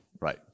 Right